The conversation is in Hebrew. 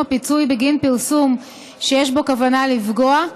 הפיצוי בגין פרסום שיש בו כוונה לפגוע,